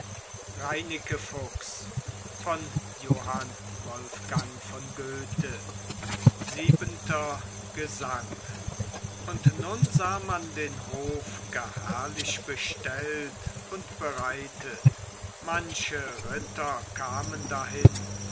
siebenter gesang und nun sah man den hof gar herrlich bestellt und bereitet manche ritter kamen dahin